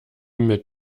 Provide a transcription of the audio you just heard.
mit